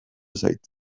zait